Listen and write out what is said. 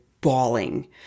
bawling